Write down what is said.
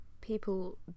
people